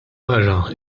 barra